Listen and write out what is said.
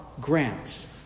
grants